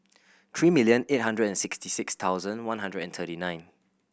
three million eight hundred and sixty six thousand one hundred and twenty nine